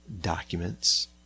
documents